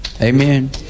Amen